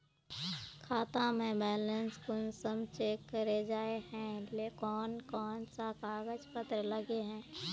खाता में बैलेंस कुंसम चेक करे जाय है कोन कोन सा कागज पत्र लगे है?